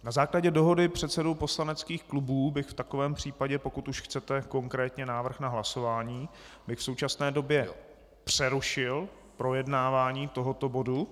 Na základě dohody předsedů poslaneckých klubů bych v takovém případě, pokud už chcete konkrétně návrh na hlasování, v současné době přerušil projednávání tohoto bodu.